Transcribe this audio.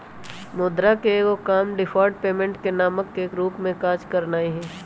मुद्रा के एगो काम डिफर्ड पेमेंट के मानक के रूप में काज करनाइ हइ